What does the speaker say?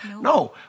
No